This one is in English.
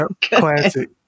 classic